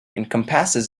encompasses